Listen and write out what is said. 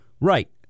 Right